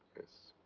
yes.